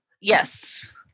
yes